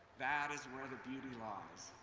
that is where the beauty lies.